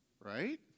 Right